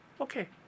okay